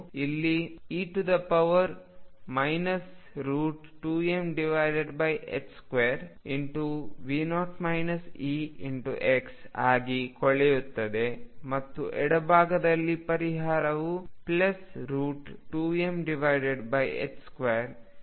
ಇಲ್ಲಿ e 2m2V0 Exಆಗಿ ಕೊಳೆಯುತ್ತದೆ ಮತ್ತು ಎಡಭಾಗದಲ್ಲಿ ಪರಿಹಾರವು 2m2V0 Exಆಗಿ ಕೊಳೆಯುತ್ತದೆ